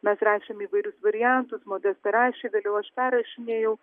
mes rašėm įvairius variantus modesta rašė vėliau aš perrašinėjau